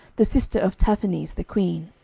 the sister of tahpenes the queen.